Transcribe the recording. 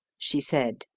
she said,